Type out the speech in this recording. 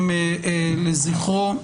לזכרו.